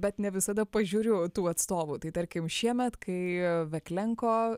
bet ne visada pažiūriu tų atstovų tai tarkim šiemet kai veklenko